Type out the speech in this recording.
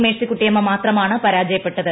മെഴ്സികുട്ടിയമ്മ മാത്രമാണ് പരാജയപ്പെട്ടത്